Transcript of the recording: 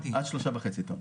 עד 3.5 טון.